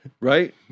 right